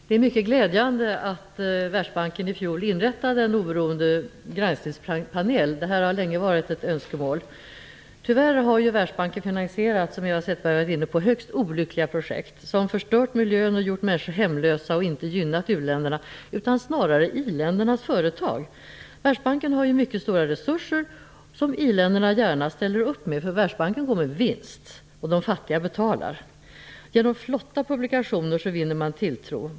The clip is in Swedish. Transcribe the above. Fru talman! Det är mycket glädjande att Världsbanken i fjol inrättade en oberoende granskningspanel! Det har länge varit ett önskemål. Tyvärr har Världsbanken finansierat mycket olyckliga projekt, vilket Eva Zetterberg har varit inne på. De har förstört miljön och gjort människor hemlösa. De har inte gynnat u-länderna utan snarare i-ländernas företag. Världsbanken har mycket stora resurser, som iländerna gärna ställer upp med. Världsbanken går med vinst, och de fattiga betalar. Genom flotta publikationer vinner man tilltro.